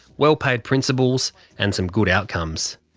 well-paid principals and some good outcomes.